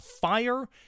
fire